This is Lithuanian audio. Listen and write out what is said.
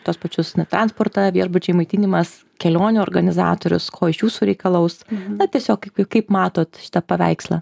tuos pačius na transportą viešbučiai maitinimas kelionių organizatorius ko iš jūsų reikalaus na tiesiog kaip matot paveikslą